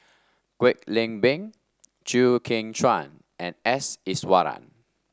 Kwek Leng Beng Chew Kheng Chuan and S Iswaran